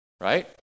Right